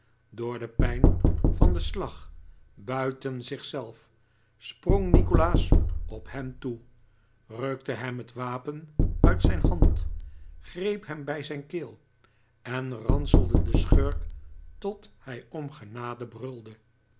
door de pijn van den slag buiten zich zelf sprong nikolaas op hem toe rukte hem het wapen uit zijn hand greep hem bij zijn keel en ranselde den schurk tot hij om genade brulde